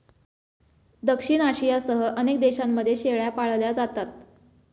दक्षिण आशियासह अनेक देशांमध्ये शेळ्या पाळल्या जातात